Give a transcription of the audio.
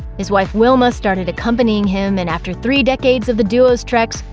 his wife wilma started accompanying him and after three decades of the duo's treks,